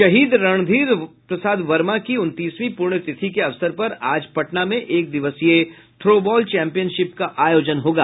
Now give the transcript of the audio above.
शहीद रणधीर प्रसाद वर्मा की उनतीसवीं प्रण्यतिथि के अवसर पर आज पटना में एक दिवसीय थ्रो बॉल चैम्पियनशिप का आयोजन होगा